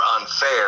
unfair